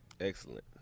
excellent